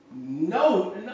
No